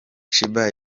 sheebah